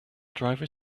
driver